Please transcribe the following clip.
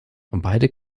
beide